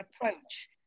approach